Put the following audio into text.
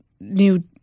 new